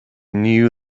knew